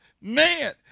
man